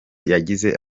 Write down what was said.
yagize